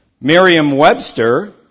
Merriam-Webster